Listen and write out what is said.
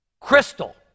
Crystal